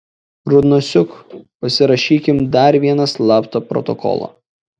rudnosiuk pasirašykim dar vieną slaptą protokolą